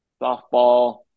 softball